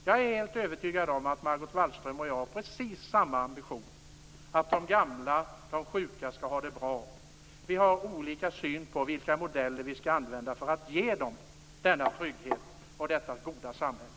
Jag är helt övertygad om att Margot Wallström och jag har precis samma ambition, nämligen att de gamla och de sjuka skall ha det bra. Men vi har olika syn på vilka modeller vi skall använda för att ge dem denna trygghet och detta goda samhälle.